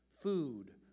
food